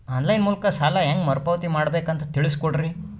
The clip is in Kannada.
ಆನ್ ಲೈನ್ ಮೂಲಕ ಸಾಲ ಹೇಂಗ ಮರುಪಾವತಿ ಮಾಡಬೇಕು ಅಂತ ತಿಳಿಸ ಕೊಡರಿ?